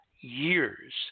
years